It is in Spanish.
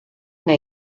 una